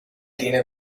tiene